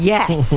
Yes